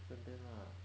顺便 mah